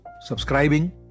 subscribing